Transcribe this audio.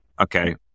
okay